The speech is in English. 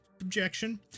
objection